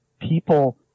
people